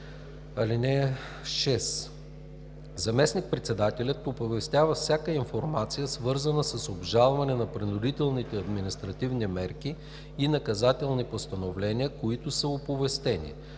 обем. (6) Заместник-председателят оповестява всяка информация, свързана с обжалване на принудителните административни мерки и наказателни постановления, които са оповестени.